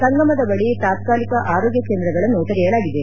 ಸಂಗಮದ ಬಳಿ ತಾತ್ಕಾಲಿಕ ಆರೋಗ್ಯ ಕೇಂದ್ರಗಳನ್ನು ತೆರೆಯಲಾಗಿದೆ